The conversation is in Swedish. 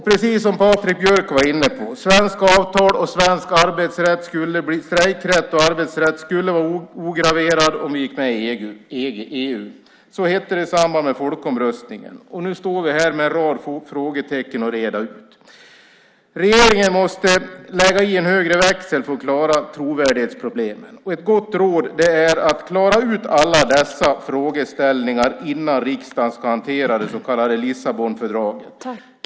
Patrik Björck var inne på att svenska avtal och svensk arbetsrätt - strejkrätt och arbetsrätt - skulle lämnas ograverade om vi gick med i EU. Så hette det i samband med folkomröstningen. Nu står vi här med en rad frågetecken att reda ut. Regeringen måste lägga i en högre växel för att klara trovärdighetsproblemen. Ett gott råd är att klara ut alla dessa frågeställningar innan riksdagen ska hantera det så kallade Lissabonfördraget.